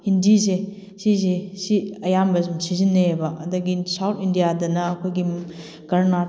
ꯍꯤꯟꯗꯤꯁꯦ ꯁꯤꯁꯦ ꯁꯤ ꯑꯌꯥꯝꯕ ꯑꯗꯨꯝ ꯁꯤꯖꯤꯟꯅꯩꯑꯕ ꯑꯗꯒꯤ ꯁꯥꯎꯠ ꯏꯟꯗꯤꯌꯥꯗꯅ ꯑꯩꯈꯣꯏꯒꯤ ꯀꯔꯅꯥꯠ